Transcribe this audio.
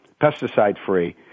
pesticide-free